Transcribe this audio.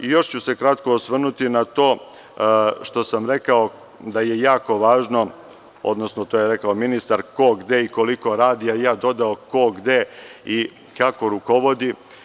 Još ću se kratko osvrnuti na to što sam rekao da je jako važno, odnosno to je rekao ministar, ko, gde i koliko radi, a ja bih dodao – ko, gde i kako rukovodi.